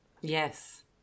Yes